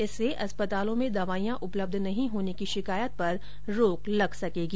इससे अस्पतालों में दवाइयां उपलब्ध नहीं होने की शिकायत पर रोक लग सकेगी